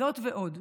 זאת ועוד,